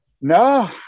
No